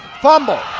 fumble.